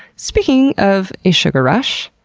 speaking of a sugar-rush,